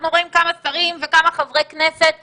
אנחנו רואים כמה שרים וכמה חברי כנסת --- נכון.